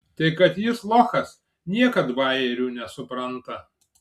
tai kad jis lochas niekad bajerių nesupranta